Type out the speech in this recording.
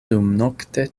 dumnokte